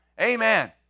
Amen